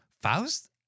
Faust